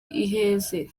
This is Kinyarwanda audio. iheze